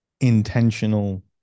intentional